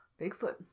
Bigfoot